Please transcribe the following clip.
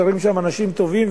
גרים שם אנשים טובים,